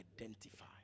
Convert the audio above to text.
identify